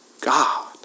God